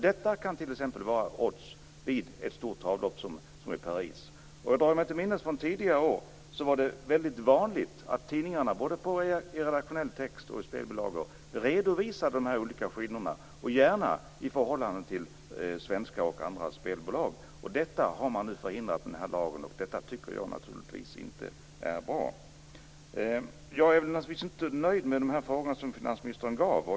Detta kan t.ex. vara odds vid ett stort travlopp som det i Paris. Jag drar mig till minnes från tidigare år att det var väldigt vanligt att tidningarna, både i redaktionell text och i spelbilagor, redovisade de olika skillnaderna, och gärna i förhållande till svenska och andra spelbolag. Detta har man nu förhindrat genom den här lagen. Jag tycker naturligtvis inte att det är bra. Jag är inte nöjd med de svar som finansministern gav.